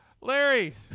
Larry